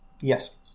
Yes